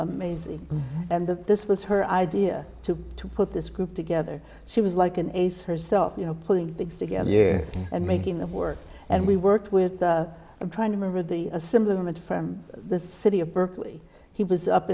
amazing and the this was her idea to to put this group together she was like an ace herself you know putting things together and making the work and we worked with trying to remember the assembly room and from the city of berkeley he was up